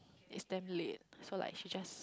is damn late so like she just